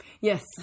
Yes